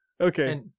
okay